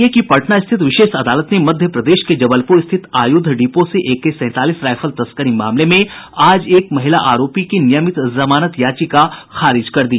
NIA की पटना स्थित विशेष अदालत ने मध्य प्रदेश के जबलपूर स्थित आयुध डिपो से एके सैंतालीस राइफल तस्करी मामले में आज एक महिला आरोपी की नियमित जमानत याचिका खारिज कर दी